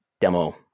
demo